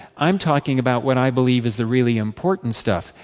i am talking about what i believe is the really important stuff,